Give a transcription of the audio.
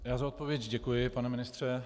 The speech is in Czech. Já za odpověď děkuji, pane ministře.